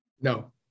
No